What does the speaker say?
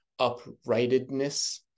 uprightedness